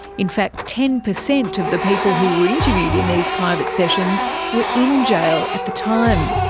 in fact ten percent of the people who were interviewed in these private sessions were in jail at the time.